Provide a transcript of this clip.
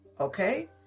Okay